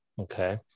okay